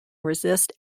resist